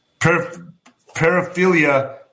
paraphilia